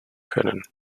können